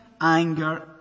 Anger